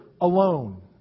alone